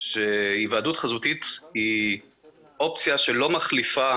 שהיוועדות חזותית היא אופציה שלא מחליפה